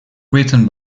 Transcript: written